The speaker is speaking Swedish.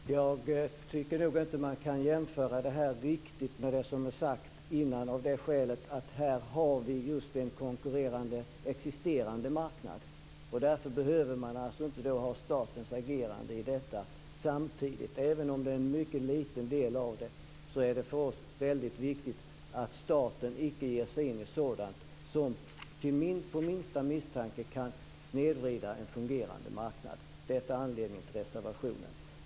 Fru talman! Jag tycker inte att det går att jämföra detta med det som har sagts tidigare av det skälet att det finns en existerande konkurrerande marknad. Därför behövs inte statens agerande i detta samtidigt. Även om det är en mycket liten del är det för oss viktigt att staten inte ger sig in i sådant som på minsta misstanke kan snedvrida en fungerande marknad. Det är anledningen till reservationen.